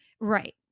right